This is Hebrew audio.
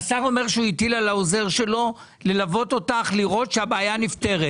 השר אומר שהוא הטיל על העוזר שלו ללוות אותך ולראות שהבעיה נפתרת.